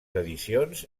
edicions